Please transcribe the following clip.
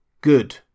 Good